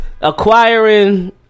Acquiring